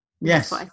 Yes